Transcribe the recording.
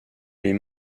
les